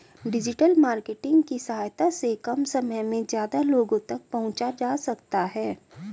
digital marketing की सहायता से कम समय में ज्यादा लोगो तक पंहुचा जा सकता है